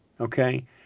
okay